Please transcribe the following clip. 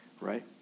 right